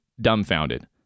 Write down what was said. dumbfounded